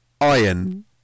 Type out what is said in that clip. iron